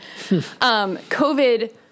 COVID